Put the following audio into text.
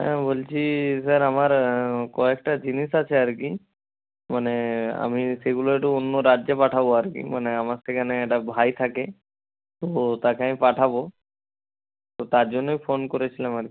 হ্যাঁ বলছি স্যার আমার কয়েকটা জিনিস আছে আর কি মানে আমি সেইগুলো একটু অন্য রাজ্যে পাঠাবো আর কি মানে আমার সেখানে একটা ভাই থাকে তো তাকে আমি পাঠাবো তো তার জন্যই ফোন করেছিলাম আর কি